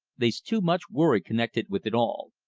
they's too much worry connected with it all.